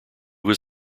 was